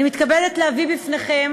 אני מתכבדת להביא בפניכם